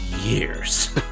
years